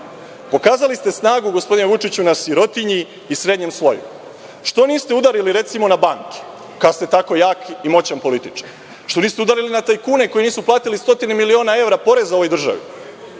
ste snagu, gospodine Vučiću, na sirotinji i srednjem sloju. Što niste uradili recimo na banke, kada ste tako jak i moćan političar? Što niste udarili na tajkune koji nisu platili stotine miliona evra poreza ovoj državi?